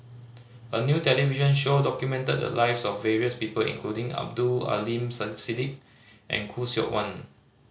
a new television show documented the lives of various people including Abdul Aleem Siddique and Khoo Seok Wan